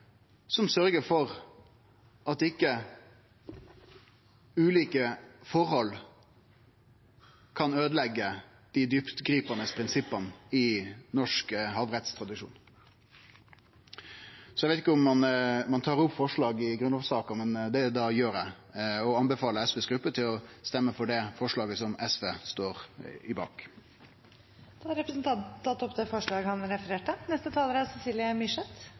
som sørgjer for at ikkje ulike forhold kan øydeleggje dei djuptgripande prinsippa i norsk havrettstradisjon. Eg veit ikkje om ein tar opp forslag i grunnlovssaker, men det gjer eg, og eg anbefaler SVs gruppe å stemme for det forslaget som SV står bak. Representanten Torgeir Knag Fylkesnes har tatt opp det forslaget han refererte til. Norge er